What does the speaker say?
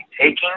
taking